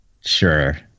Sure